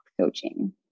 coaching